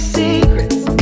secrets